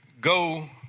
go